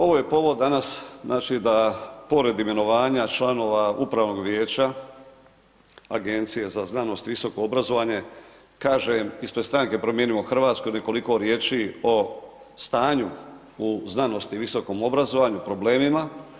Ovo je povod danas, znači da pored imenovanja članova upravnog vijeća, Agencije za znanost i visoko obrazovanje, kažem ispred stranke Promijenimo Hrvatsku ili koliko riječi o stanju u znanosti i visokom obrazovanju, problemima.